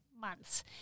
months